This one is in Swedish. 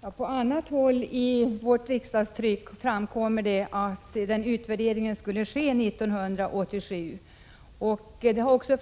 Vid en interpellationsdebatt den 4 januari angående Stensele Mekaniska Verkstad deklarerade industriministern att de åtaganden som gjorts